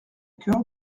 cœur